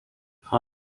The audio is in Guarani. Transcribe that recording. ha